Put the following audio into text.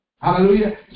Hallelujah